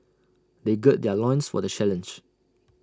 they gird their loins for the challenge